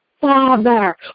Father